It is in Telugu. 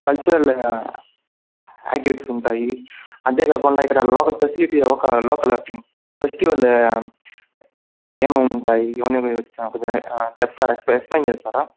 కల్చరల్ యాక్టివిటీస్ ఉంటాయి అంతే కాకుండా ఇక్కడ లోకల్ ఫెసిలిటీ ఒక లోకల్ ఫెస్టివల్ ఏమేమి ఉంటాయి ఇవన్నీ కొంచం కొంచం చెప్తారా ఎక్స్ప్లెయిన్ చేస్తారా